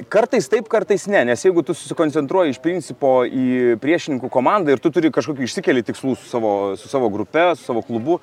kartais taip kartais ne nes jeigu tu susikoncentruoji iš principo į priešininkų komandą ir tu turi kažkokių išsikeli tikslus savo su savo grupe savo klubu